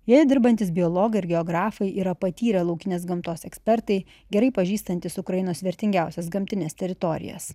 joje dirbantys biologai ir geografai yra patyrę laukinės gamtos ekspertai gerai pažįstantys ukrainos vertingiausias gamtines teritorijas